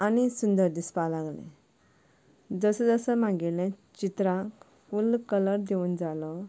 आनी सुंदर दिसपाक लागलें जशें जशें म्हागेले चित्रांक फुल्ल कलर दिवून जालो